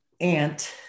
Aunt